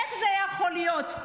איך זה יכול להיות?